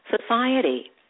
society